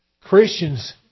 Christians